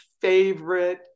favorite